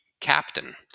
captain